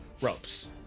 ropes